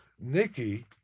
Nikki